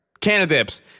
Canadips